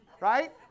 Right